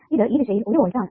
ഇത് ഈ ദിശയിൽ ഒരു വോൾട്ട് ആണ്